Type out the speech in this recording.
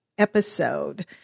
Episode